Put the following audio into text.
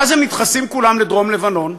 ואז הם נדחסים כולם לדרום תל-אביב,